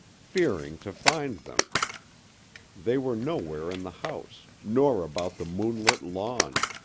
fearing to find them they were nowhere in the house, nor about the moonlit lawn.